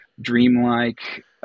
dreamlike